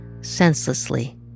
senselessly